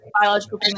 biological